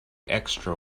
extra